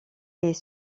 est